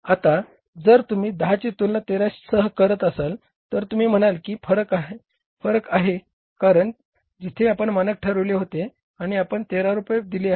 आता जर तुम्ही 10 ची तुलना 13 सह करत असाल तर तुम्ही म्हणाल की फरक आहे कारण तिथे आपण मानक ठरविले होते आणि आपण 13 रुपये दिले आहेत